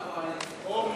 אורלי,